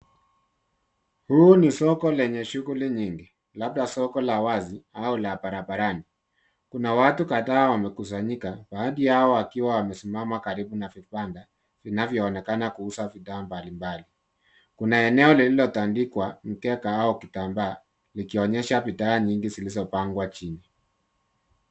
Huu ni soko lenye shughuli nyingi labda soko la wazi au la barabarani. Kuna watu kadhaa wamekusanyika baadhi yao wakiwa wamesimama karibu na vibanda vinavyoonekana kuuza bidhaa mbalimbali. Kuna eneo lililotandikwa mkeka au kitambaa likionyesha bidhaa nyingi zilizopangwa chini.